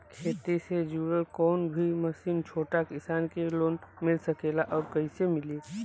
खेती से जुड़ल कौन भी मशीन छोटा किसान के लोन मिल सकेला और कइसे मिली?